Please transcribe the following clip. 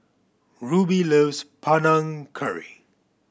Rubie loves Panang Curry